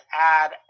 add